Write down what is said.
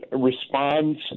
responds